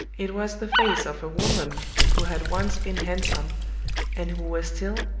it was the face of a woman who had once been handsome and who was still,